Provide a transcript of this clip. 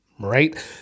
Right